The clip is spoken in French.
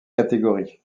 catégories